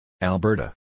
Alberta